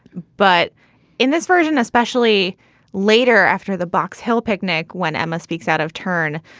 but in this version, especially later after the box hill picnic, when emma speaks out of turn,